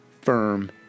firm